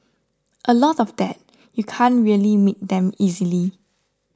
a lot of that you can't really make them easily